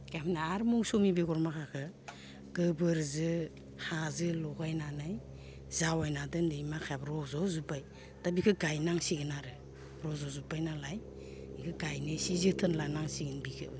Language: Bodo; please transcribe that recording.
आरो मौसुमि बेगर माखाखो गोबोरजो हाजो लगायनानै जावायना दोनाय माखायाबो रज'जुब्बाय दा बिखो गायनांसिगोन आरो रज'जुब्बाय नालाय इखो गायना इसे जोथोन लानांसिगोन बिखो